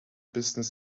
business